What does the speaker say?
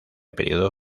período